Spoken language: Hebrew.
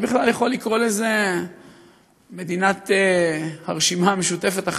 אני בכלל יכול לקרוא לזה מדינת הרשימה המשותפת החדשה.